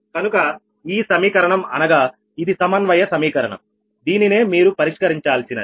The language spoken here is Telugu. కనుక ఈ సమీకరణం అనగా ఇది సమన్వయ సమీకరణం దీనినే మీరు పరిష్కరించాల్సినది